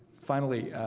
finally,